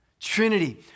Trinity